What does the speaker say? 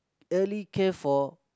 early care for